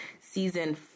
Season